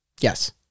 Yes